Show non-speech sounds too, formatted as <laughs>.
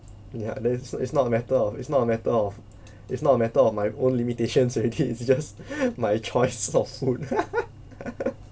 ya that is it's not a matter of it's not a matter of it's not a matter of my own limitations already it's just <breath> have my choice of food <laughs>